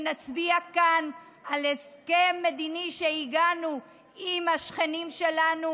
שאנחנו נצביע כאן על הסכם מדיני שהגענו אליו עם השכנים שלנו,